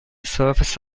surface